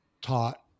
taught